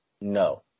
no